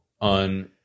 on